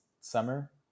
summer